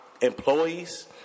employees